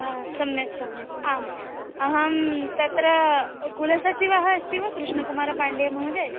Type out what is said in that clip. हा सम्यक् सम्यक् आम् अहं तत्र कुलसचिवः अस्ति वा कृष्णकुमारपाण्डे महोदयः